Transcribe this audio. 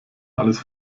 alles